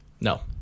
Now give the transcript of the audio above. No